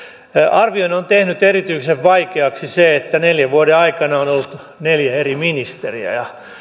arvion on tehnyt erityisen vaikeaksi se että neljän vuoden aikana on ollut neljä eri ministeriä ja